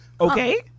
okay